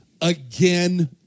again